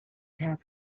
half